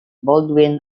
baldwin